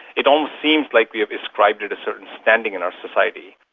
it almost seems like we have ascribed it a certain standing in our society.